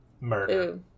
murder